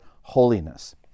holiness